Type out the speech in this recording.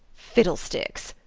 fiddlesticks!